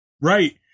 Right